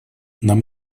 нам